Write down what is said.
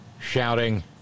shouting